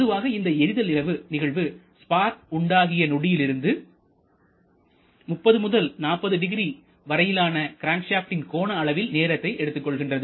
பொதுவாக இந்த எரிதல் நிகழ்வு ஸ்பார்க் உண்டாகிய நொடியிலிருந்து 30 முதல் 400 வரையிலான கிராங்சாப்ட்டின் கோணஅளவில் நேரத்தை எடுத்துக் கொள்கிறது